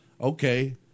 Okay